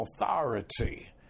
authority